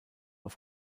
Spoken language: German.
auf